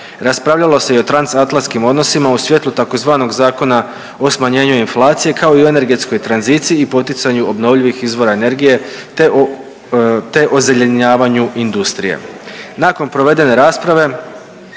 Raspravljalo se i o transatlantskim odnosima u svjetlu tzv. Zakona o smanjenju inflacije kao i o energetskoj tranziciji i poticanju obnovljivih izvora energije te o ozelenjavanju industrije. Nakon provedene rasprave